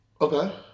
Okay